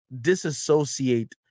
disassociate